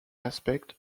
aspects